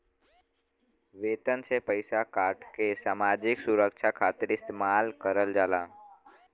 वेतन से पइसा काटके सामाजिक सुरक्षा खातिर इस्तेमाल करल जाला